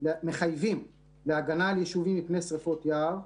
מחייבים להגנה על יישובים מפני שרפות יער,